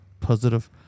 positive